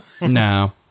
No